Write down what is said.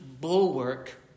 bulwark